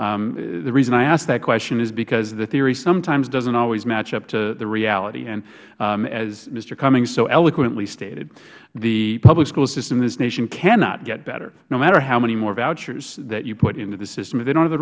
and the reason i asked that question is because the theory sometimes doesn't always match up to the reality and as mister cummings so eloquently stated the public school system in this nation cannot get better no matter how many more vouchers that you put into the system if they don't have the